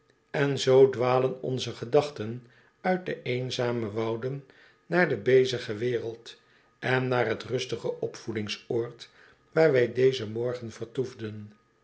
en zoo dwalen onze gedachten uit de eenzame wouden naar de bezige wereld en naar het rustige opvoedingsoord waar wij dezen morgen vertoefden